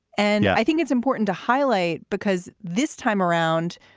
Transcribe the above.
and i think it's important to highlight, because this time around,